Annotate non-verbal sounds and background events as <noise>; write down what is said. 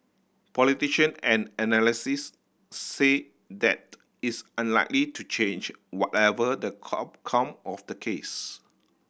politician and analysis say that is unlikely to change whatever the <unintelligible> come of the case